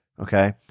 okay